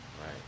Right